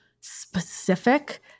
specific